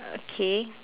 okay